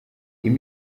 iyi